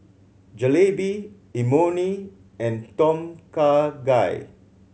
Jalebi Imoni and Tom Kha Gai